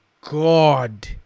God